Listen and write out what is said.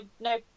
no